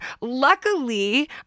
Luckily